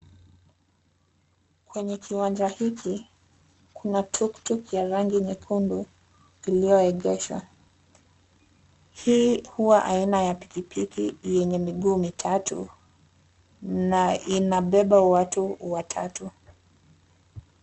Kwenye kiwanja hiki kuna tuktuk ya rangi nyekundu iliyoegeshwa . Hii huwa aina ya pikipiki yenye miguu mitatu na ina beba watu watatu.